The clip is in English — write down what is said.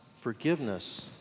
forgiveness